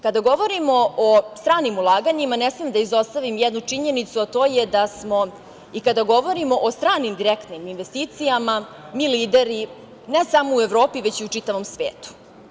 Kada govorimo o stranim ulaganjima, ne smem da izostavim jednu činjenicu, a to je da smo i kada govorimo o stranim direktnim investicijama mi lideri ne samo u Evropi, već i u čitavom svetu.